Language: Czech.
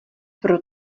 pro